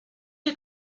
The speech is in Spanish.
que